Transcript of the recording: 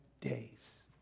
days